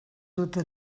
duta